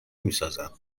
میسازند